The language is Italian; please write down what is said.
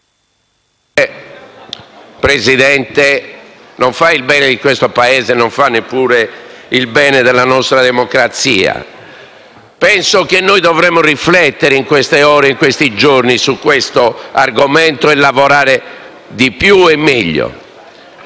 credo non faccia il bene del Paese e neppure il bene della nostra democrazia. Penso che dovremmo riflettere, in queste ore e giorni, su questo argomento e lavorare di più e meglio.